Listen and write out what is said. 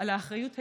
באחריות האישית,